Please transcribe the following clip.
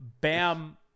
Bam